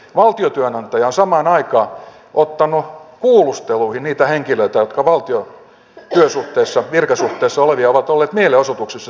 valtiotyönantaja on samaan aikaan ottanut kuulusteluihin niitä henkilöitä jotka ovat valtion työsuhteessa virkasuhteessa ja ovat olleet mielenosoituksessa syyskuussa